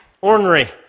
Ornery